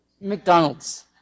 McDonald's